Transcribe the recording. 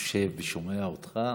יושב ושומע אותך,